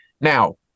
Now